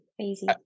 easy